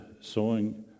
sowing